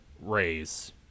raise